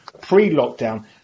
pre-lockdown